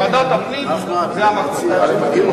ועדת הפנים, זה המקום.